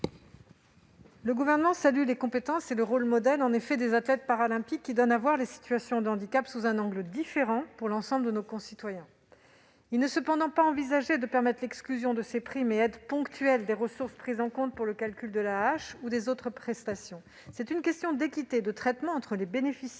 Le Gouvernement salue les compétences et le rôle de modèle des athlètes paralympiques, qui donnent à voir à nos concitoyens la situation de handicap sous un angle différent. Il n'est cependant pas envisagé de permettre l'exclusion de ces primes et aides ponctuelles des ressources prises en compte pour le calcul de l'AAH ou des autres prestations. C'est une question d'équité de traitement entre les bénéficiaires